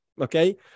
okay